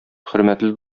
хөрмәтле